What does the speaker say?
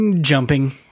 Jumping